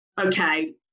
okay